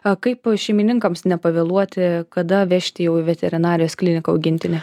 a kaip šeimininkams nepavėluoti kada vežti į veterinarijos kliniką augintinį